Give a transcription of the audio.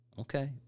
Okay